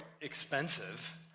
expensive